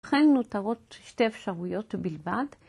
לכן נותרות שתי אפשרויות בלבד.